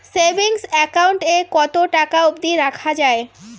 Savings account এ কতো টাকা অব্দি রাখা যায়?